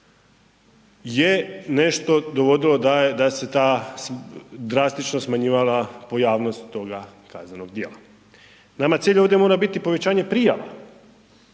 je nešto dovodilo da se ta drastično smanjivala pojavnost toga kaznenog djela. Nama cilj ovdje mora biti povećanje prijava,